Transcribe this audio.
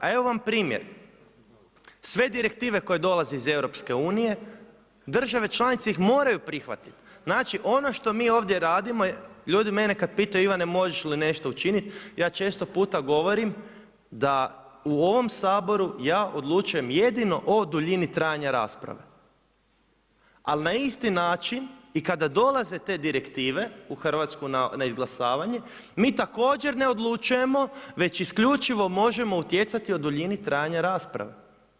A evo vam primjer, sve direktive koje dolaze iz EU države članice ih moraju prihvatiti, znači ono što mi ovdje radimo ljudi mene kada pitaju Ivane možeš li nešto učiniti ja često puta govorim da u ovom Saboru ja odlučujem jedino o duljini trajanja rasprave, ali na isti način i kada dolaze te direktive u Hrvatsku na izglasavanje, mi također ne odlučujemo već isključivo možemo utjecati o duljini trajanja rasprave.